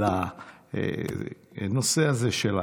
בנושא הזה.